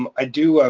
um i do.